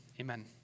Amen